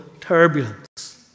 turbulence